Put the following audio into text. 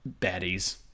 baddies